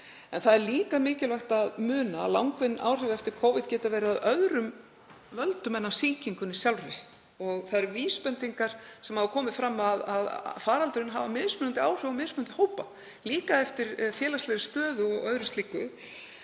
Það er líka mikilvægt að muna að langvinn áhrif eftir Covid geta verið af öðrum völdum en af sýkingunni sjálfri. Vísbendingar hafa komið fram um að faraldurinn hafi mismunandi áhrif á mismunandi hópa, líka eftir félagslegri stöðu og öðru slíku.